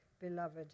beloved